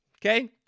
Okay